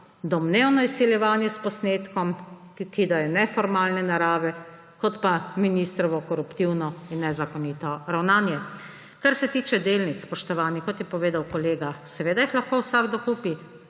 domnevno izsiljevanje s posnetkom, ki da je neformalne narave, kot pa ministrovo koruptivno in nezakonito ravnanje. Kar se tiče delnic, spoštovani, kot je povedal kolega, seveda jih lahko vsakdo kupi,